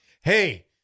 Hey